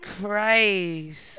Christ